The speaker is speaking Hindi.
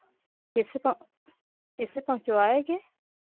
इसे प् इसे पहुँचवाएंगे